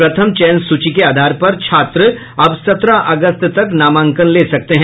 प्रथम चयन सूची के आधार पर छात्र अब सत्रह अगस्त तक नामांकन ले सकते हैं